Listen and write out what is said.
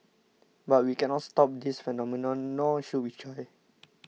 but we cannot stop this phenomenon nor should we try